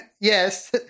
Yes